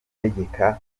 ategeka